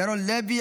ירון לוי,